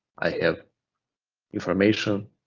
i have information